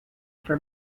for